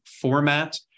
format